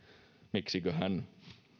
miksiköhän